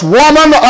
woman